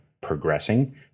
progressing